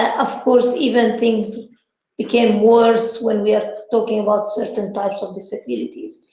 of course, even things became worse when we are talking about certain types of disabilities.